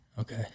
okay